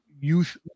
youth